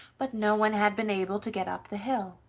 but no one had been able to get up the hill.